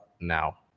now